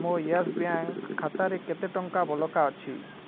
ମୋ Yes Bank ଖାତାରେ କେତେ ଟଙ୍କା ବଳକା ଅଛି